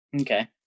Okay